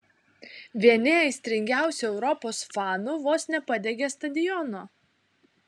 vieni aistringiausių europos fanų vos nepadegė stadiono